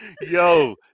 yo